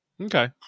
Okay